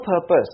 purpose